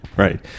Right